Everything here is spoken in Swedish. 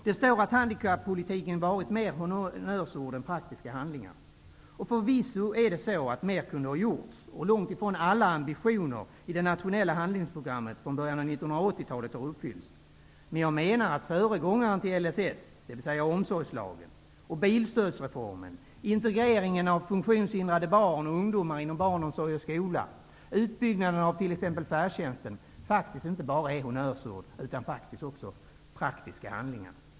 Det står att handikappolitiken varit mer honnörsord än praktiska handlingar. Och förvisso är det så att mer kunde ha gjorts och att långt ifrån alla ambitioner i det nationella handlingsprogrammet från början av 1980-talet har uppfyllts, men jag menar att föregångaren till LSS, dvs. omsorgslagen, bilstödsreformen, integreringen av funktionshindrade barn och ungdomar inom barnomsorg och skola och utbyggnaden av t.ex. färdtjänsten faktiskt inte bara är honnörsord utan också praktiska handlingar.